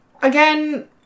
Again